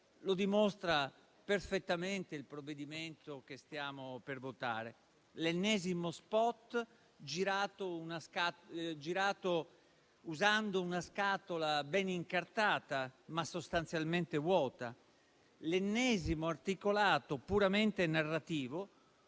Lo dimostra perfettamente il provvedimento che stiamo per votare: l'ennesimo *spot* girato usando una scatola ben incartata, ma sostanzialmente vuota; l'ennesimo articolato puramente narrativo,